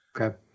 Okay